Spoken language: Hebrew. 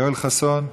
יואל חסון,